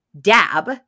dab